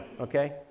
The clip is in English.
okay